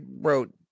wrote